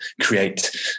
create